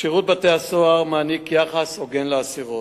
שירות בתי-הסוהר מעניק יחס הוגן לאסירות.